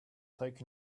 take